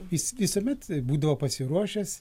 jis visuomet būdavo pasiruošęs